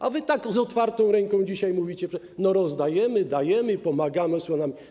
A wy tak z otwartą ręką dzisiaj mówicie: rozdajemy, dajemy, pomagamy, składamy.